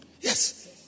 Yes